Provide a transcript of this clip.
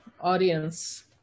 audience